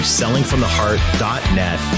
sellingfromtheheart.net